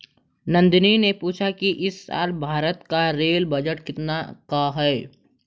नंदनी ने पूछा कि इस साल भारत का रेल बजट कितने का है?